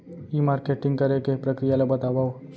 ई marketing करे के प्रक्रिया ला बतावव?